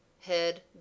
head